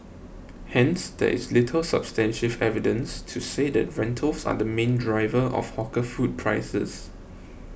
hence there is little substantive evidence to say that rentals are the main driver of hawker food prices